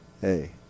hey